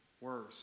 worse